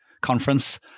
conference